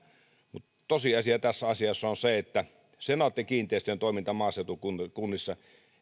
totean että tosiasia tässä asiassa on se että senaatti kiinteistöjen toiminta maaseutukunnissa